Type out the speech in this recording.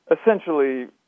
essentially